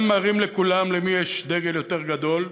הם מראים לכולם למי יש דגל יותר גדול,